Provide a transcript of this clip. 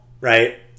right